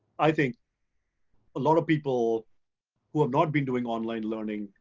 i think a lot of people who have not been doing online learning.